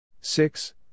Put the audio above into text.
six